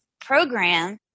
program